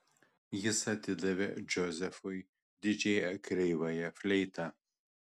jis atidavė džozefui didžiąją kreivąją fleitą